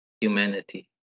humanity